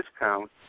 discount